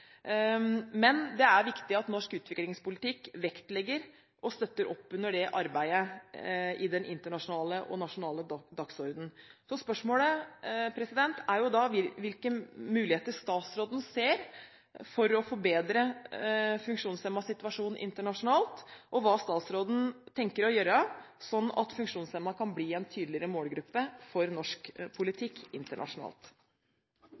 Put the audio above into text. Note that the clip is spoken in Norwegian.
men det er viktig at norsk utviklingspolitikk vektlegger og støtter opp under det arbeidet i den internasjonale og nasjonale dagsordenen. Spørsmålet er jo da: Hvilke muligheter ser statsråden for å forbedre funksjonshemmedes situasjon internasjonalt, og hva tenker statsråden å gjøre for at funksjonshemmede kan bli en tydeligere målgruppe for norsk